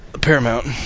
Paramount